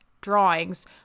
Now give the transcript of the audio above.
drawings